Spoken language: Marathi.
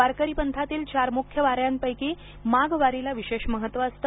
वारकरी पंथातील चार मुख्य वाऱ्यांपैकी माघ वारीला विशेष महत्त्व असते